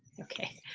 okay,